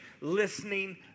listening